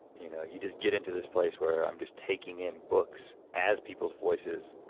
you know, you just get into this place where i'm just taking in books as people's voices